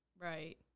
Right